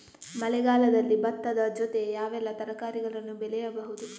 ಮಳೆಗಾಲದಲ್ಲಿ ಭತ್ತದ ಜೊತೆ ಯಾವೆಲ್ಲಾ ತರಕಾರಿಗಳನ್ನು ಬೆಳೆಯಬಹುದು?